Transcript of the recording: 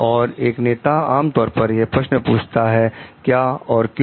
और एक नेता आम तौर पर यह प्रश्न पूछता है कि क्या और क्यों